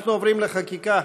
אנחנו עוברים לחקיקה.